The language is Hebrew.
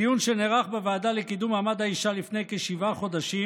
בדיון שנערך בוועדה לקידום מעמד האישה לפני כשבעה חודשים